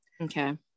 Okay